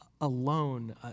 alone